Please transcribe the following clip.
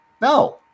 no